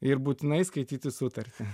ir būtinai skaityti sutartį